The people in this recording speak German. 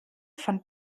von